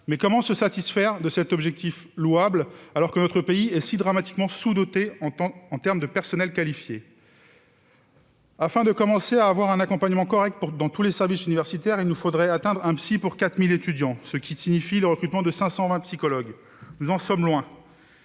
Mais comment satisfaire cet objectif louable alors que notre pays est si dramatiquement sous-doté en termes de personnel qualifié ? Afin de commencer à avoir un accompagnement correct dans tous les services universitaires, encore nous faudrait-il atteindre le ratio de 1 psychologue pour 4 000 étudiants, ce qui implique le recrutement de 520 psychologues. Nous en sommes loin